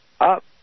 up